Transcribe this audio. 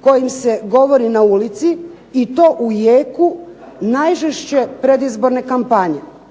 kojim se govori na ulici i to u jeku najžešće predizborne kampanje.